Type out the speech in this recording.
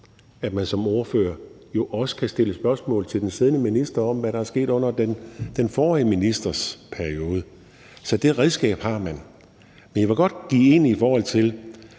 at man som ordfører også kan stille spørgsmål til den siddende minister om, hvad der er sket under den forrige ministers periode. Så det redskab har man. Men vi kan godt være enige om